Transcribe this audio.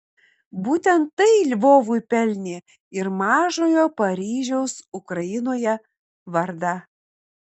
būtent tai lvovui pelnė ir mažojo paryžiaus ukrainoje vardą